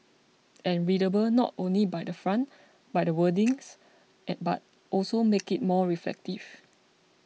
and readable not only by the font by the wordings but also make it more reflective